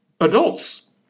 adults